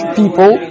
people